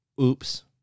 Oops